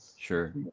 Sure